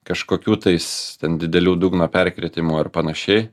kažkokių tais ten didelių dugno perkritimų ar panašiai